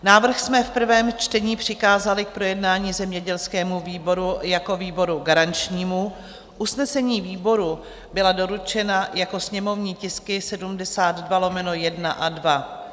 Návrh jsme v prvém čtení přikázali k projednání zemědělskému výboru jako výboru garančnímu, usnesení výboru byla doručena jako sněmovní tisky 72/1 a 2.